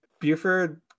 Buford